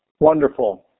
Wonderful